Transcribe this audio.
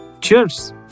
Cheers